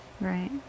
Right